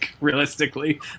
realistically